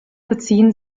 beziehen